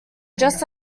just